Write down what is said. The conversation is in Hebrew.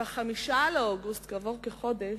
ב-5 באוגוסט, כעבור כחודש,